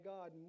God